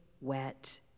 wet